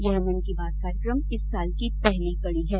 यह मन की बात कार्यक्रम इस साल की पहली कड़ी है